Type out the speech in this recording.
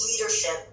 leadership